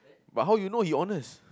but how you know he honest